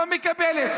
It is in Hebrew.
לא מקבלת.